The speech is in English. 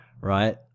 right